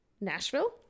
Nashville